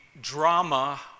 drama